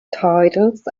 titles